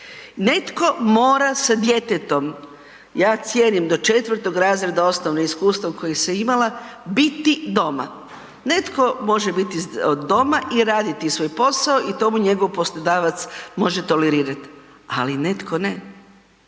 Netko mora sa djetetom, ja cijenim, do 4. razreda osnovne, iskustvo koje sam imala, biti doma. Netko može biti od doma i raditi svoj posao i to mu njegov poslodavac može tolerirat, ali netko ne.